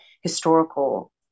historical